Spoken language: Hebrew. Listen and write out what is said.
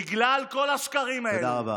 בגלל כל השקרים האלה